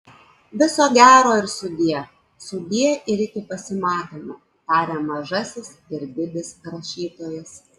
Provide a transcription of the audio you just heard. viso gero ir sudie sudie ir iki pasimatymo taria mažasis ir didis rašytojas